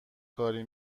کاری